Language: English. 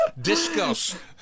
Discuss